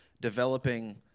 developing